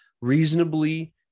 reasonably